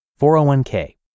401k